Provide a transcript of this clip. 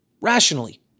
rationally